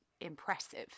impressive